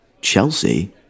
Chelsea